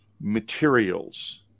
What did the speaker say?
materials